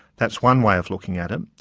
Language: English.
that's one way of looking at it.